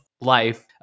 life